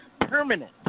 permanent